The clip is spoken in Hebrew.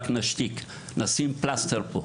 רק כדי להשתיק ולשים פה פלסטר".